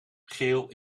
geel